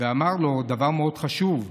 אמר לו דבר מאוד חשוב: